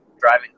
driving